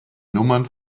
nummern